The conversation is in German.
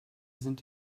sind